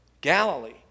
Galilee